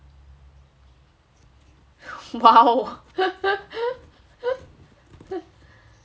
!wow!